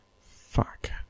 fuck